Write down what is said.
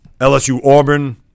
LSU-Auburn